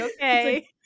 okay